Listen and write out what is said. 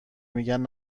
میگن